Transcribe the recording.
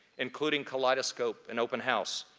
including kaleidoscope and open house,